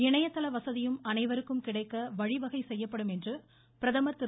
இணையதள வசதியும் அனைவருக்கும் கிடைக்க வழிவகை செய்யப்படும் என்று பிரதமர் திரு